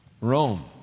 Rome